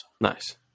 Nice